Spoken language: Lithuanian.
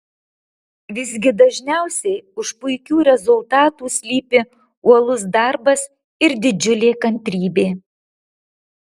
visgi dažniausiai už puikių rezultatų slypi uolus darbas ir didžiulė kantrybė